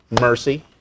mercy